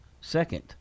second